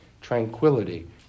tranquility